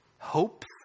hopes